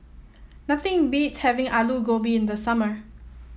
nothing beats having Alu Gobi in the summer